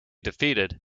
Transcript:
defeated